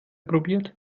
probiert